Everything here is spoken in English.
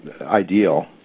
ideal